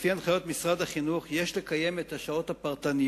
לפי הנחיות משרד החינוך יש לקיים את השעות הפרטניות